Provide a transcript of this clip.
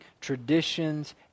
traditions